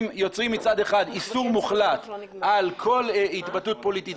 מצד אחד איסור מוחלט על כל התבטאות פוליטית,